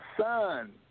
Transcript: son